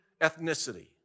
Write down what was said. ethnicity